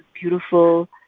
beautiful